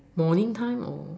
morning time or